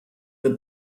the